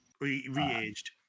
re-aged